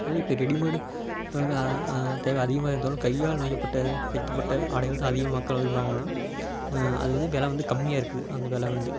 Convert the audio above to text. அதுவே இப்போ ரெடிமேடு தேவை அதிகமாக இருந்தாலும் கையால் நொய்யப்பட்ட தைக்கப்பட்ட ஆடைகள் தான் அதிக மக்கள் விரும்புகிறாங்கன்னா அது வந்து வெலை வந்து கம்மியாகருக்கு அந்த வெலை வந்து